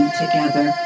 together